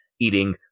eating